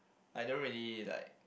I don't really like